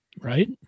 Right